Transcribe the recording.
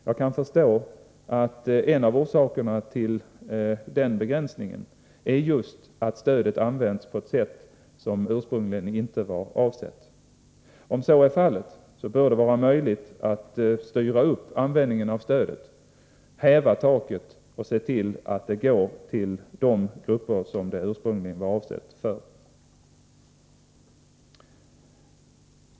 Jag kan förstå att en av orsakerna till den begränsningen är just att stödet används på ett sätt som ursprungligen inte var avsett. Om så är fallet bör det vara möjligt att styra användningen av stödet, häva taket och se till att stödet går till de grupper som det ursprungligen var avsett för.